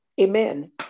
Amen